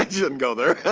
shouldn't go there.